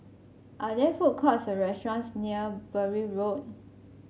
are there food courts or restaurants near Bury Road